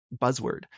buzzword